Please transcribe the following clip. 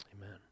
amen